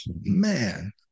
man